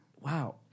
wow